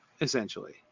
essentially